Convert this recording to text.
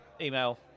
email